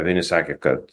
vieni sakė kad